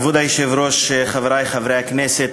כבוד היושב-ראש, חברי חברי הכנסת,